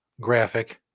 graphic